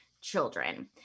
children